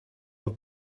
have